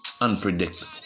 unpredictable